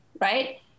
right